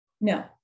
No